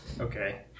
Okay